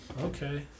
Okay